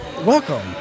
Welcome